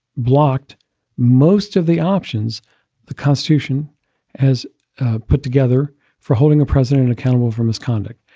blocked most of the options the constitution has put together for holding a president accountable for misconduct.